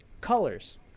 colors